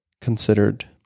considered